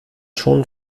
schon